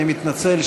אני מתנצל,